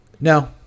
No